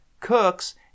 cooks